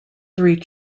three